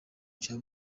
cya